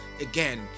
again